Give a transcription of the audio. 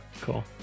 cool